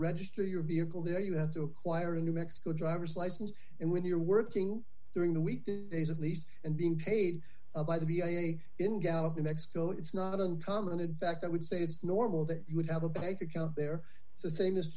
register your vehicle there you have to acquire a new mexico driver's license and when you're working during the week at least and being paid by the ira in gallup in mexico it's not uncommon in fact i would say it's normal that you would have a bank account there